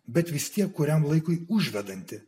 bet vis tiek kuriam laikui užvedanti